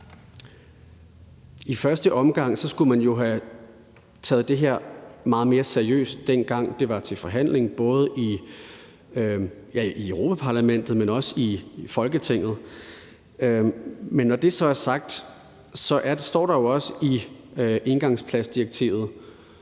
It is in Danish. I første omgang skulle man have taget det her meget mere seriøst, dengang det var til forhandling, både i Europa-Parlamentet, men også i Folketinget. Men når det så er sagt, står der jo også i engangsplastdirektivet,